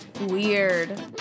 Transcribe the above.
weird